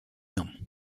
ans